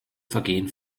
vergehen